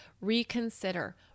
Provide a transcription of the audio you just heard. reconsider